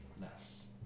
less